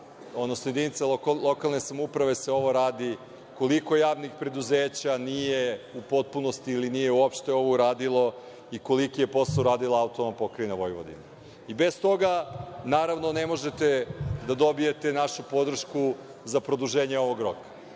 odnosno jedinica lokalne samouprave se ovo radi, koliko javnih preduzeća nije u potpunosti ili nije uopšte ovo uradilo i koliki je posao uradila AP Vojvodina. Bez toga, naravno, ne možete da dobijete našu podršku za produženje ovog roka.